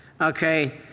Okay